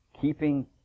keeping